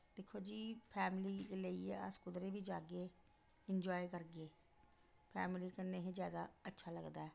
दिक्खो जी फैमली गी लेइयै अस कुदरै बी जाह्गे इन्जा गे फैमली कन्नै ही ज्यादा अच्छा लगदा ऐ